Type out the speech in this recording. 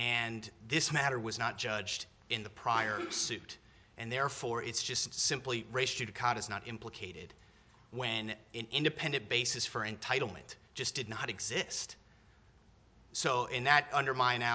and this matter was not judged in the prior suit and therefore it's just simply does not implicated when independent basis for entitlement just did not exist so in that undermine